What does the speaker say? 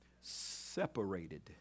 separated